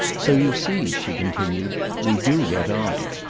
so you see, she continued, we do get on.